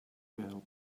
girl